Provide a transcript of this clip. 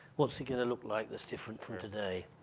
what's it gonna look like that's different from today?